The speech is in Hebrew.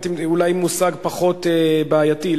אולי מושג פחות בעייתי,